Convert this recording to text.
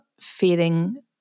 feeling